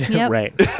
Right